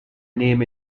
name